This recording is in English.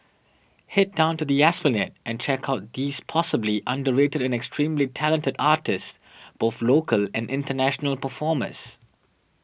head down to the Esplanade and check out these possibly underrated extremely talented artists both local and international performers